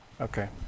Okay